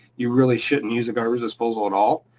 you really shouldn't use a garbage disposal at all.